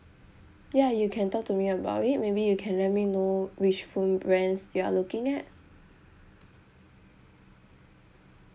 ya you can talk to me about it maybe you can let me know which phone brands you are looking at